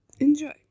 enjoy